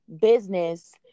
business